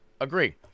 Agree